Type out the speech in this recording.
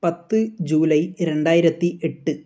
പത്ത് ജൂലൈ രണ്ടായിരത്തി എട്ട്